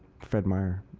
fred meyer.